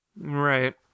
Right